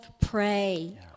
pray